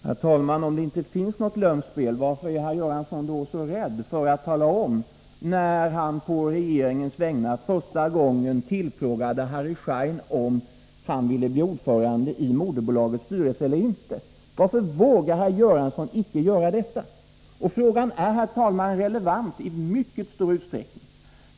Herr talman! Om det inte finns något lömskt spel, varför är herr Göransson då så rädd för att tala om när han på regeringens vägnar första gången tillfrågade Harry Schein om han ville bli ordförande i moderbolagets styrelse eller inte? Varför vågar herr Göransson icke göra detta? Frågan är, herr talman, relevant i mycket stor utsträckning.